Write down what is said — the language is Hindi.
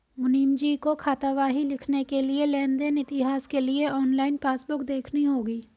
मुनीमजी को खातावाही लिखने के लिए लेन देन इतिहास के लिए ऑनलाइन पासबुक देखनी होगी